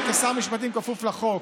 אתה פשוט מדבר בבורות.